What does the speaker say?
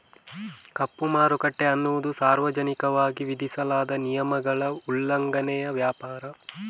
ಕಪ್ಪು ಮಾರುಕಟ್ಟೆ ಅನ್ನುದು ಸಾರ್ವಜನಿಕವಾಗಿ ವಿಧಿಸಲಾದ ನಿಯಮಗಳ ಉಲ್ಲಂಘನೆಯ ವ್ಯಾಪಾರ